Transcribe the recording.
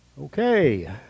Okay